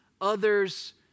others